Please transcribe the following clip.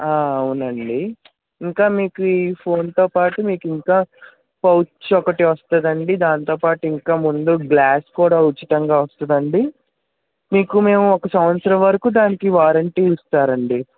అవునండి ఇంకా మీకు ఈ ఫోన్తో పాటు మీకింకా పౌచ్ ఒకటి వస్తుందండి దాంతో పాటు ఇంకా ముందు గ్లాస్ కూడా ఉచితంగా వస్తుందండి మీకు మేము ఒక సంవత్సరం వరకు దానికి వారంటీ ఇస్తారండి